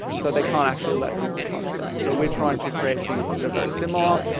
so they can't actually let people touch them. so we are trying to create things that are very similar.